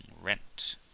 rent